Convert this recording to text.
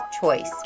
choice